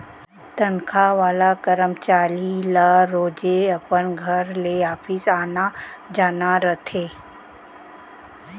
तनखा वाला करमचारी ल रोजे अपन घर ले ऑफिस आना जाना रथे